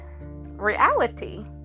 reality